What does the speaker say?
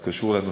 זה קשור לנושא,